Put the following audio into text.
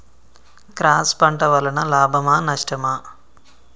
Cross పంట వలన లాభమా నష్టమా?